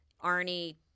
Arnie